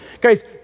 Guys